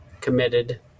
committed